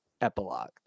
epilogue